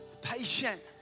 patient